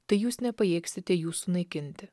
tai jūs nepajėgsite jų sunaikinti